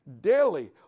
Daily